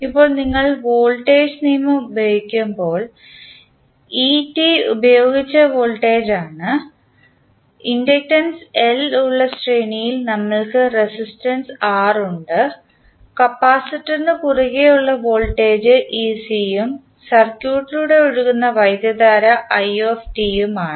ഇപ്പോൾ നിങ്ങൾ വോൾട്ടേജ് നിയമം ഉപയോഗിക്കുമ്പോൾ et പ്രയോഗിച്ച വോൾട്ടേജാണ് ഇൻഡക്റ്റൻസ് L ഉള്ള ശ്രേണിയിൽ നമ്മൾക്ക് റെസിസ്റ്റൻസ് R ഉണ്ട് കാപ്പാസിറ്റർ നു കുറുകെ ഉള്ള വോൾട്ടേജ് ec ഉം സർക്യൂട്ടിലൂടെ ഒഴുകുന്ന വൈദ്യുതധാര i ഉം ആണ്